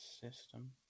system